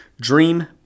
Dream